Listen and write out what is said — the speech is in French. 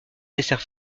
dessert